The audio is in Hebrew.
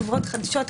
חברות חדשות,